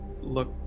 look